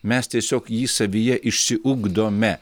mes tiesiog jį savyje išsiugdome